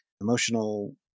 emotional